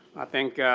i think,